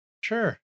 Sure